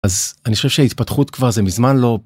אז אני חושב שהתפתחות כבר זה מזמן לא.